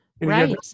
Right